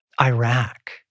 Iraq